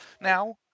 now